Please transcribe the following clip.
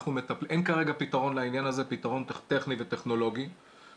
אין כרגע פתרון טכני וטכנולוגי לעניין הזה.